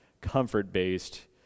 comfort-based